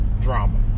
drama